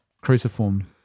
cruciform